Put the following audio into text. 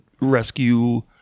rescue